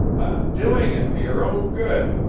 i'm doing it for your own good,